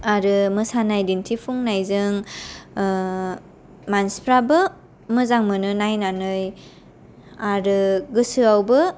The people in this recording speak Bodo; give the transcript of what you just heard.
आरो मोसानाय दिन्थिफुंनायजों ओ मानसिफ्राबो मोजां मोनो नायनानै आरो गोसोआवबो